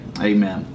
Amen